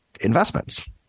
investments